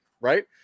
Right